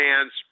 fans